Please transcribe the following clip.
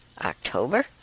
October